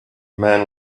man